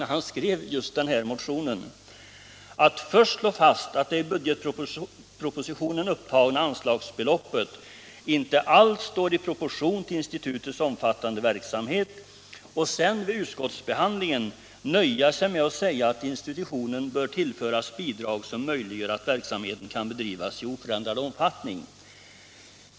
Först slår han i motionen fast att det i budgetpropositionen upptagna anslagsbeloppet inte alls står i proportion till institutets omfattande verksamhet och sedan nöjer han sig vid utskottsbehandlingen med att säga att institutionen bör tillföras bidrag som möjliggör att verksamheten kan bedrivas i oförändrad omfattning!